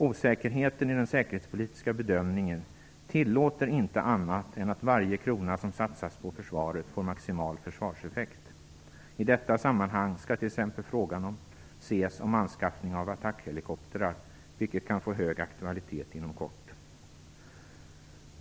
Osäkerheten i den säkerhetspolitiska bedömningen tillåter inte annat än att varje krona som satsas på försvaret får maximal försvarseffekt. I detta sammanhang skall t.ex. frågan om anskaffning av attackhelikoptrar ses, vilket kan få hög aktualitet inom kort.